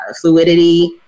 fluidity